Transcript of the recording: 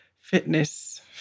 fitness